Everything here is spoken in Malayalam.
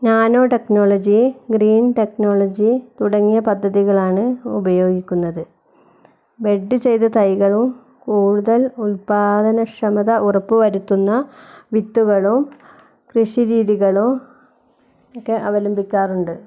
നാനോ ടെക്നോളജി ഗ്രീൻ ടെക്നോളജി തുടങ്ങിയ പദ്ധതികളാണ് ഉപയോഗിക്കുന്നത് ബഡ് ചെയ്ത തൈകളും കൂടുതൽ ഉൽപാദനക്ഷമത ഉറപ്പുവരുത്തുന്ന വിത്തുകളോ കൃഷി രീതികളോ ഒക്കെ അവലംബിക്കാറുണ്ട്